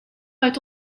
uit